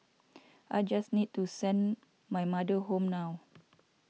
I just need to send my mother home now